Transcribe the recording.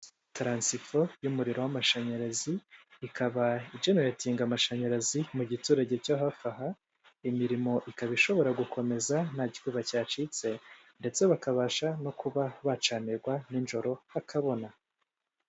Taransifo y'umuriro w'amashanyarazi ikaba jeneratinga amashanyarazi mu giturage cyo hafi aha, imirimo ikaba ishobora gukomeza nta kikuba cyacitse, ndetse bakabasha no kuba bacanirwa n'injoro hakabona. .